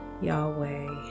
Yahweh